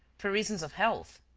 for reasons of health.